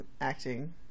acting